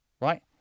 right